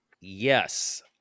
yes